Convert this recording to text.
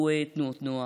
הוא תנועות נוער,